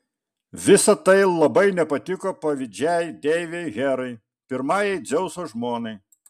visa tai labai nepatiko pavydžiai deivei herai pirmajai dzeuso žmonai